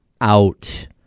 out